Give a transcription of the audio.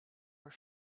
were